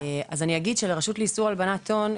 אגיד שלרשות לאיסור הלבנת הון,